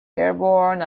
dearborn